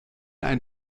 ein